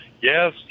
Yes